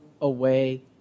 away